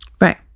right